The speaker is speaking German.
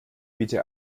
bitte